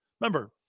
Remember